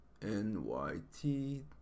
NYT